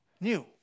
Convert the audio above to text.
new